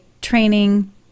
training